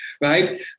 right